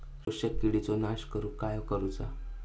शोषक किडींचो नाश करूक काय करुचा?